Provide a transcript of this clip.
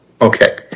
Okay